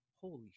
holy